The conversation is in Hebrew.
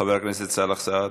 חבר הכנסת סאלח סעד,